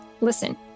listen